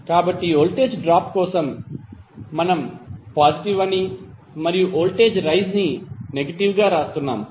కాబట్టి voltage drop కోసం మనం పాజిటివ్ అనీ మరియు వోల్టేజ్ రైజ్ ని నెగటివ్ గా వ్రాస్తున్నాము